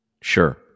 Sure